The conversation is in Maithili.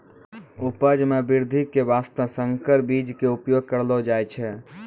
उपज मॅ वृद्धि के वास्तॅ संकर बीज के उपयोग करलो जाय छै